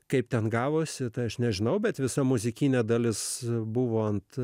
kaip ten gavosi tai aš nežinau bet visa muzikinė dalis buvo ant